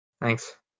thanks